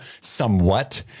somewhat